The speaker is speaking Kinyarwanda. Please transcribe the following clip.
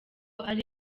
ari